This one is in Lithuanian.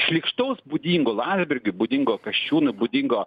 šlykštaus būdingo landsbergiui būdingo kasčiūnų būdingo